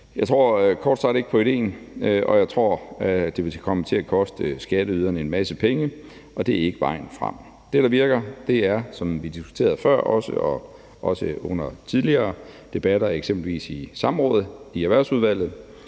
Jeg tror kort sagt ikke på idéen, og jeg tror, at det vil komme til at koste skatteyderne en masse penge, og det er ikke vejen frem. Det, der virker, er, som vi også har diskuteret det før og også under tidligere debatter, eksempelvis også i et samråd i Erhvervsudvalget,